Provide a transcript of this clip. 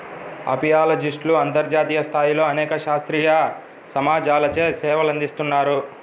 అపియాలజిస్ట్లు అంతర్జాతీయ స్థాయిలో అనేక శాస్త్రీయ సమాజాలచే సేవలందిస్తున్నారు